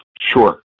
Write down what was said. sure